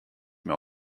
mehr